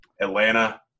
Atlanta